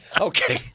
Okay